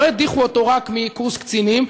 לא הדיחו אותו רק מקורס קצינים,